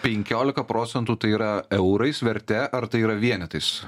penkiolika procentų tai yra eurais vertė ar tai yra vienetais